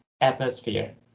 atmosphere